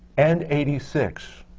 and eighty six.